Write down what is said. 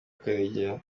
karegeya